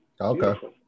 okay